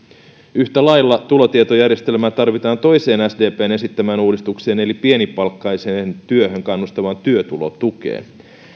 yhtä lailla tulotietojärjestelmää tarvitaan toiseen sdpn esittämään uudistukseen eli pienipalkkaiseen työhön kannustavaan työtulotukeen